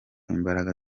imbaraga